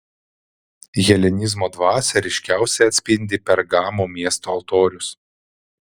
helenizmo dvasią ryškiausiai atspindi pergamo miesto altorius